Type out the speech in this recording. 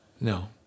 No